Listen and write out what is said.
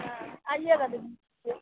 हाँ आइएगा दीदी